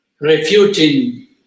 refuting